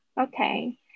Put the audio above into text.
Okay